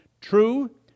True